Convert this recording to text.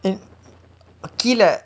கீழ:keezha